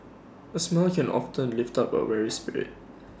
A smile can often lift up A weary spirit